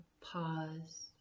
pause